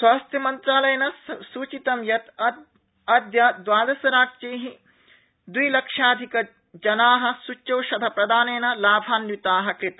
स्वास्थ्यमन्त्रालयेन सूचितं यत् अद्य द्वादशराज्यै द्विलक्षाधिकजना सूच्यौषधप्रदानेन लाभान्वित कृत